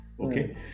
Okay